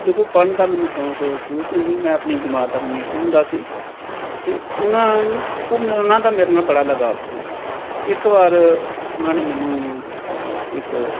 ਦੇਖੋ ਪੜ੍ਹਨ ਦਾ ਮੈਨੂੰ ਸ਼ੌਕ ਸ਼ੁਰੂ ਤੋਂ ਸੀ ਮੈਂ ਆਪਣੀ ਜਮਾਤ ਦਾ ਮਨੀਟਰ ਹੁੰਦਾ ਸੀ ਅਤੇ ਉਹਨਾਂ ਉਹ ਮੈਂ ਉਹਨਾਂ ਦਾ ਮੇਰੇ ਨਾਲ ਬੜਾ ਲਗਾਵ ਸੀ ਇੱਕ ਵਾਰ ਉਹਨਾਂ ਨੇ ਮੈਨੂੰ ਇੱਕ